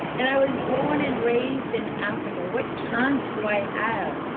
and i was born and raised in africa, what chance do i have.